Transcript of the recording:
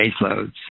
baseloads